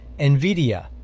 NVIDIA